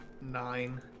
Nine